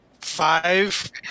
five